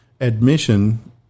admission